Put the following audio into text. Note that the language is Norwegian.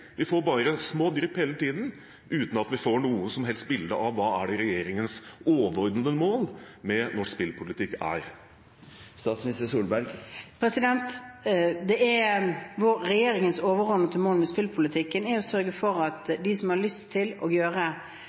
Vi får bare små drypp hele tiden, uten at vi får noe som helst bilde av hva som er regjeringens overordnete mål med norsk spillpolitikk. Regjeringens overordnede mål med spillpolitikken er å sørge for at de som har lyst til å spille spill, skal gjøre